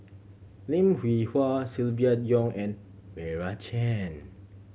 Lim Hwee Hua Silvia Yong and Meira Chand